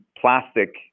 plastic